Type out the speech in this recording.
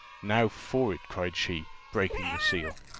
now for it! cried she, breaking the seal.